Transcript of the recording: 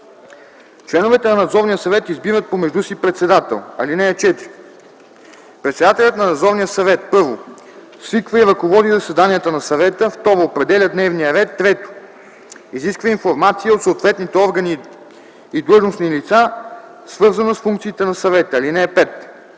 Членовете на Надзорния съвет избират помежду си председател. (4) Председателят на Надзорния съвет: 1. свиква и ръководи заседанията на съвета; 2. определя дневния ред; 3. изисква информация от съответните органи и длъжностни лица, свързана с функциите на съвета. (5)